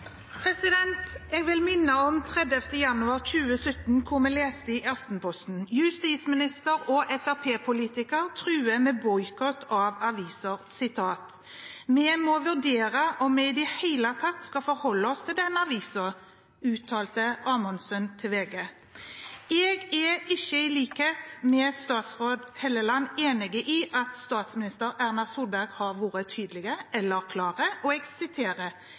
må vurdere om vi i det hele tatt skal forholde oss til den avisen.» Jeg er ikke som statsråd Hofstad Helleland enig i at statsminister Erna Solberg har vært tydelig og klar. Hennes svar til Martin Henriksen i Arbeiderpartiet var at en Fremskrittsparti-politiker i valgkamp, eller Amundsen og